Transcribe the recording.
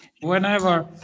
Whenever